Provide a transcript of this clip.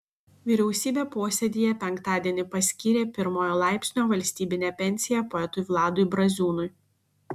vyriausybė posėdyje penktadienį paskyrė pirmojo laipsnio valstybinę pensiją poetui vladui braziūnui